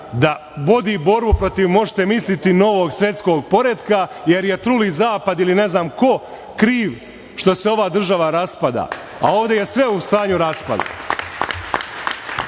da vodi borbu protiv, možete misliti, novog svetskog poretka, jer je truli zapad ili ne znam ko kriv što se ova država raspada, a ovde je sve u stanju raspada. Imao